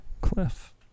Cliff